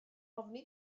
ofni